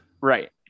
Right